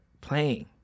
playing